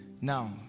Now